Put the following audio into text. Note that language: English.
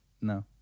No